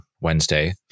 Wednesday